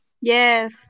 yes